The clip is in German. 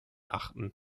achten